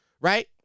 right